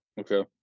Okay